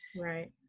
right